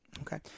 Okay